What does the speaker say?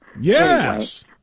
Yes